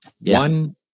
one